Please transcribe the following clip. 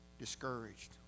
discouraged